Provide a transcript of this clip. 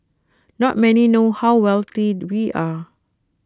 not many know how wealthy we are